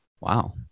Wow